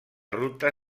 ruta